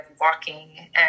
walking